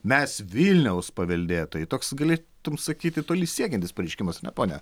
mes vilniaus paveldėtojai toks galėtum sakyti toli siekiantis pareiškimas ane ponia